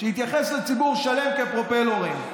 התייחס לציבור שלם כפרופלורים.